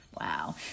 Wow